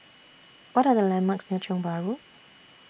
What Are The landmarks near Tiong Bahru